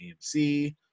AMC